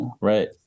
Right